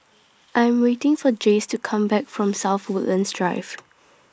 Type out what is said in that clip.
I Am waiting For Jayce to Come Back from South Woodlands Drive